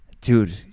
Dude